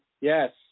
Yes